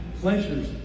Pleasures